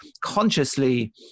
consciously